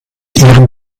ihren